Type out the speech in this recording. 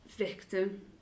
Victim